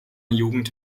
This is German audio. jugend